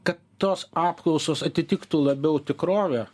kad tos apklausos atitiktų labiau tikrovę